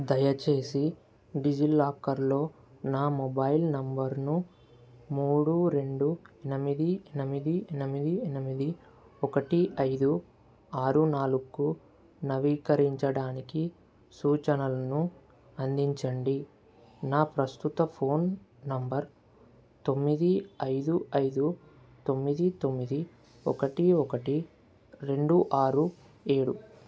దయచేసి డిజీలాకర్లో నా మొబైల్ నంబర్ను మూడు రెండు ఎనిమిది ఎనిమిది ఎనిమిది ఎనిమిది ఒకటి ఐదు ఆరు నాలుగుకు నవీకరించడానికి సూచనలను అందించండి నా ప్రస్తుత ఫోన్ నంబర్ తొమ్మిది ఐదు ఐదు తొమ్మిది తొమ్మిది ఒకటి ఒకటి రెండు ఆరు ఏడు